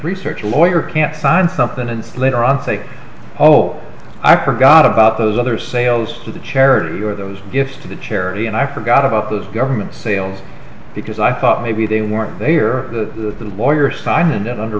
research a lawyer can't sign something and later on say oh i forgot about those other sales to the charity or those gifts to the charity and i forgot about those government sales because i thought maybe they were here the lawyer sign and under